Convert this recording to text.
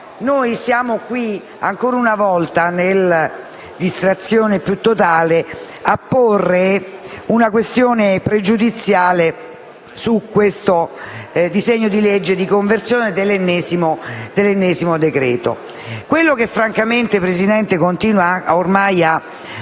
noi siamo qui, ancora una volta, nella distrazione più totale dell'Assemblea, a porre una questione pregiudiziale su questo disegno di legge di conversione dell'ennesimo decreto-legge. Quello che francamente, signora Presidente, deve continuare a